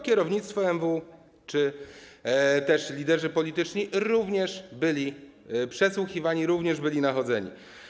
Kierownictwo MW czy też liderzy polityczni również byli przesłuchiwani, również byli nachodzeni.